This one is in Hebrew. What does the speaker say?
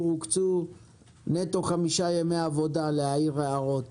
הוקצו נטו חמישה ימי עבודה להעיר הערות